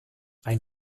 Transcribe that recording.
ein